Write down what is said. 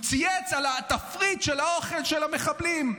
הוא צייץ על התפריט של האוכל של המחבלים,